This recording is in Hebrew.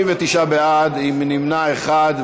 39 בעד, נמנע אחד.